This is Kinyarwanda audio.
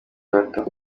bato